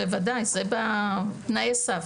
בוודאי, זה בתנאי סף.